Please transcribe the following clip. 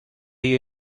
you